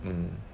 mm